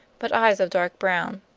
but eyes of dark brown,